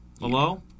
Hello